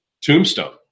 tombstone